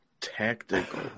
Tactical